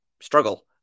struggle